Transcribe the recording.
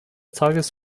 tages